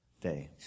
day